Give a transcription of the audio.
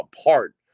apart